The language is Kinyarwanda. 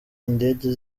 indege